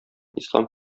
ислам